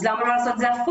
אז למה לא לעשות את זה הפוך?